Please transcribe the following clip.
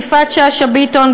יפעת שאשא ביטון,